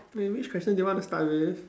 maybe which question do you want to start with